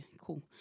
cool